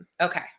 Okay